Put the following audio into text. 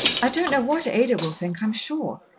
i don't know what ada will think, i'm sure.